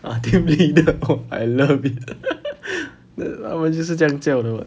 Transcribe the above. ah team leader oh I love it 他们就是这样叫的 [what]